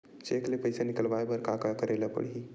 Cheque ले पईसा निकलवाय बर का का करे ल पड़हि?